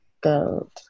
gold